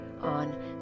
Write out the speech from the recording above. on